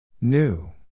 New